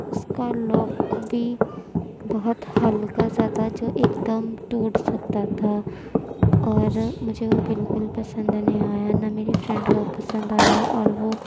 اس کا لاک بھی بہت ہلکا سا تھا جو ایک دم ٹوٹ سکتا تھا اور مجھے وہ بالکل پسند نہیں آیا نہ میری فرینڈ کو پسند آیا اور وہ